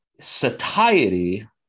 Satiety